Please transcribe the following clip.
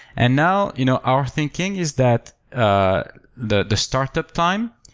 and now, you know our thinking is that ah the the startup time.